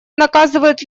наказывают